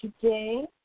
today